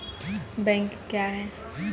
Bank क्या हैं?